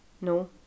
No